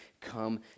come